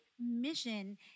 mission